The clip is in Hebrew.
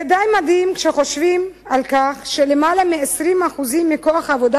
זה די מדהים כשחושבים על כך שיותר מ-20% מכוח העבודה